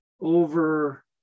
over